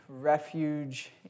refuge